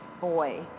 boy